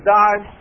died